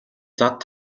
зад